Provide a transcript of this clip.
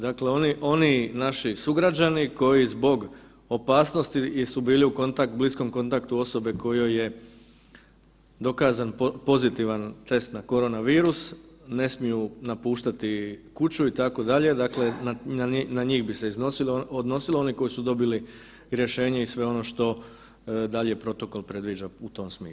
Dakle, oni naši sugrađani koji zbog opasnosti jer su bili u bliskom kontaktu osobe kojoj je dokazan pozitivan test na korona virus ne smiju napuštati kuću itd., dakle na njih bi se odnosilo, oni koji su dobili rješenje i sve ono što dalje protokol predviđa u tom smislu.